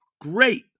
great